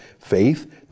faith